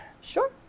Sure